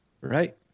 Right